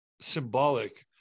symbolic